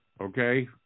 okay